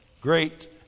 great